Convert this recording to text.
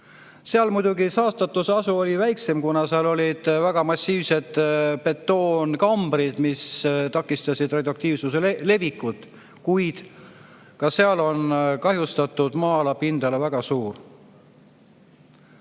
Seal oli muidugi saastatuse tase väiksem, kuna seal olid väga massiivsed betoonkambrid, mis takistasid radioaktiivsuse levikut, kuid ka seal on kahjustatud maa-ala pindala väga suur.